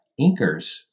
inkers